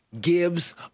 gives